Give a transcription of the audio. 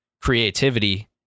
creativity